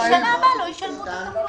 שבשנה הבאה לא ישלמו תמלוגים.